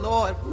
Lord